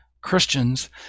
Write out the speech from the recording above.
Christians